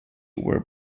were